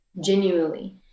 genuinely